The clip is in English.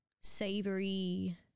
savory